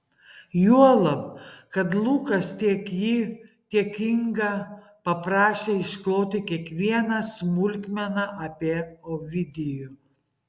juolab kad lukas tiek jį tiek ingą paprašė iškloti kiekvieną smulkmeną apie ovidijų